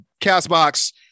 Castbox